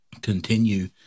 continue